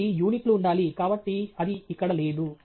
కాబట్టి యూనిట్లు ఉండాలి కాబట్టి అది ఇక్కడ లేదు